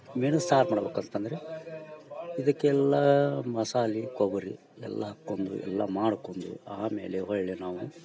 ಮೀನು ಸಾರು ಮಾಡ್ಬಕಂದರೆ ಇದಕ್ಕೆಲ್ಲಾ ಮಸಾಲೆ ಕೊಬರಿ ಎಲ್ಲಾ ಹಾಕ್ಕೊಂದು ಎಲ್ಲಾ ಮಾಡ್ಕೊಂದು ಆಮೇಲೆ ಒಳ್ಳೆಯ ನಾವು